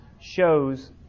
shows